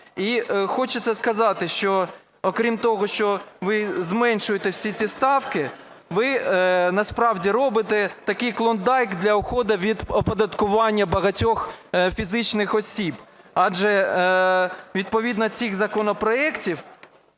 хочеться сказати, що крім того, що ви зменшуєте всі ці ставки, ви насправді робите такий клондайк для уходу від оподаткування багатьох фізичних осіб. Адже відповідно до цих законопроектів